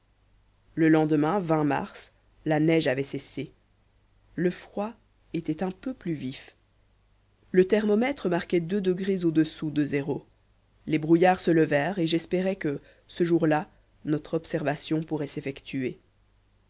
le lendemain mars la neige avait cessé le froid était un peu plus vif le thermomètre marquait deux degrés au-dessous de zéro les brouillards se levèrent et j'espérai que ce jour-là notre observation pourrait s'effectuer